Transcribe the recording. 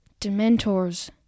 Dementors